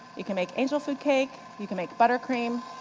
you can make angel food cake, you can make butter cream.